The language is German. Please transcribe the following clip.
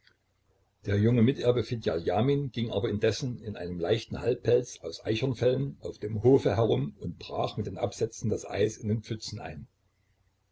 der junge miterbe fedja ljamin ging aber indessen in einem leichten halbpelz aus eichhornfellen auf dem hofe herum und brach mit den absätzen das eis in den pfützen ein